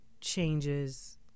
changes